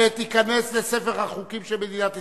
ותיכנס לספר החוקים של מדינת ישראל.